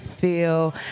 feel